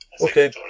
Okay